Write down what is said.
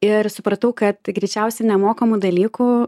ir supratau kad greičiausiai nemokamų dalykų